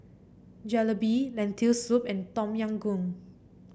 Jalebi Lentil Soup and Tom Yam Goong